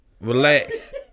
Relax